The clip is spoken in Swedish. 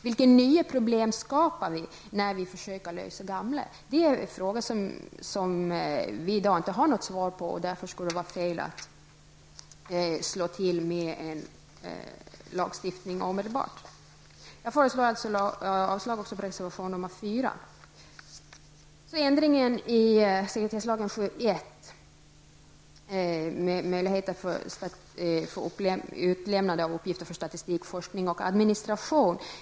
Vilka nya problem skapar vi när vi försöker lösa gamla? Det är frågor som vi i dag inte har några svar på. Därför skulle det vara fel att slå till med en lagstiftning omedelbart. Jag föreslår avslag även på reservation nr 4. Jag vill sedan ta upp ändringen i sekretesslagen 7 kap. 1 § med möjligheter för utlämnande av uppgifter för statistik, forskning och administration.